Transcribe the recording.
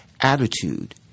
attitude